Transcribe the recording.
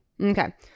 Okay